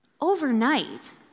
overnight